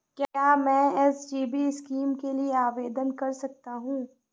क्या मैं SGB scheme के लिए आवेदन कर सकता हूँ?